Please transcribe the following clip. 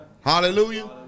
Hallelujah